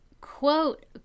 quote